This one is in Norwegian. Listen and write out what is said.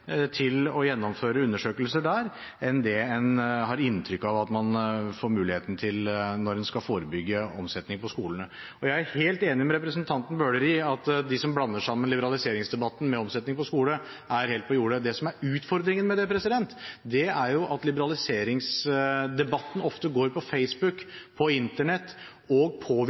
til å gjennomføre undersøkelser der enn det man har inntrykk av at man får muligheten til når man skal forebygge omsetning på skolene. Jeg er helt enig med representanten Bøhler i at dem som blander sammen liberaliseringsdebatten med omsetning på skolene, er helt på jordet. Utfordringen er at liberaliseringsdebatten ofte går på Facebook og Internett og